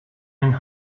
and